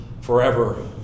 forever